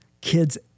kids